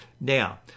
now